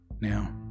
Now